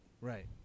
Right